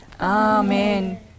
Amen